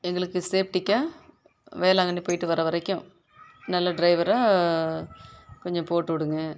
எங்களுக்கு சேப்டிக்காக வேளாங்கண்ணி போயிட்டு வர வரைக்கும் நல்ல டிரைவராக கொஞ்சம் போட்டு விடுங்க